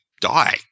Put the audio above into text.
die